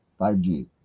5G